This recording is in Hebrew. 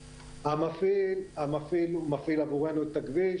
המפעיל מפעיל עבורנו את הכביש